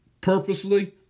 Purposely